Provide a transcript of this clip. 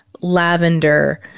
lavender